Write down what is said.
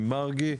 עם מרגי.